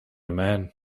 man